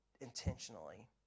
intentionally